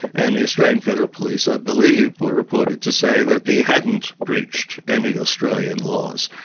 and the australian federal police, i believe, were reported to say that he hadn't breached any australian laws.